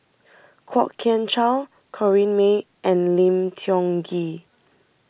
Kwok Kian Chow Corrinne May and Lim Tiong Ghee